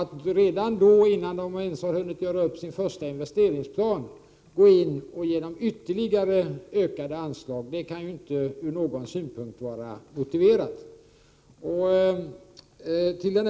Att redan innan man ens har hunnit göra sin första investeringsplan bevilja ytterligare utökade anslag kan inte vara motiverat ur någon synpunkt.